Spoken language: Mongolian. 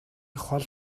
хол